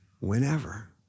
Whenever